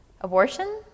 Abortion